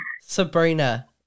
Sabrina